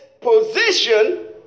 position